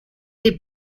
their